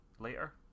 later